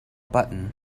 button